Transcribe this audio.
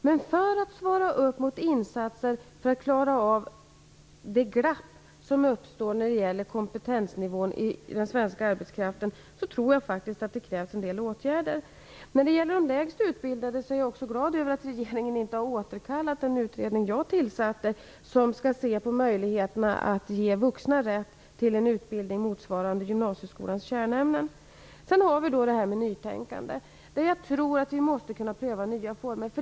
Men för att åstadkomma insatser för att klara av det glapp som uppstår när det gäller kompetensnivån i den svenska arbetskraften tror jag faktiskt att det krävs en del åtgärder. När det gäller de lägst utbildade är jag också glad över att regeringen inte har återkallat den utredning jag tillsatte, som skall se närmare på möjligheterna att ge vuxna rätt till en utbildning motsvarande gymnasieskolans kärnämnen. Sedan har vi då det här med nytänkandet. Jag tror att vi måste kunna pröva nya former.